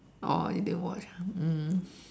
oh you didn't watch ah mm